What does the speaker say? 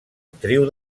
actriu